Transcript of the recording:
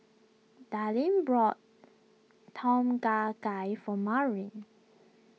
Dallin brought Tom Kha Gai for Maurine